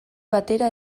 batera